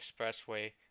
expressway